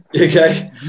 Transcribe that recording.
okay